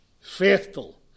faithful